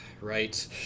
right